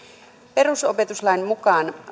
perusopetuslain mukaan